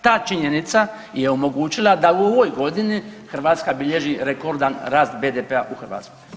Ta činjenica je omogućila da u ovoj godini Hrvatska bilježi rekordan rast BDP-a u Hrvatskoj.